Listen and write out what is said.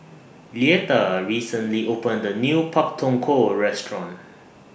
Leatha recently opened A New Pak Thong Ko Restaurant